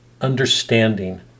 understanding